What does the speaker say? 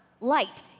light